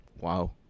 Wow